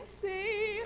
see